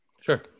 sure